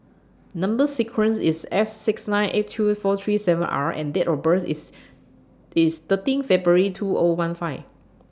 Number sequence IS S six nine eight two four three seven R and Date of birth IS IS thirteen February two O one five